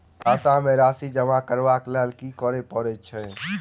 खाता मे राशि जमा करबाक लेल की करै पड़तै अछि?